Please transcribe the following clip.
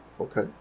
Okay